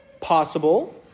possible